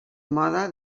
moda